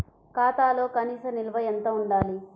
ఖాతాలో కనీస నిల్వ ఎంత ఉండాలి?